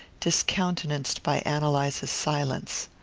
discountenanced by ann eliza's silence.